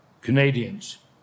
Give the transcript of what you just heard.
Canadians